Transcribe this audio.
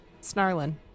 snarling